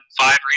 five